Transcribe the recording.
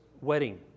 wedding